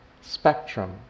spectrum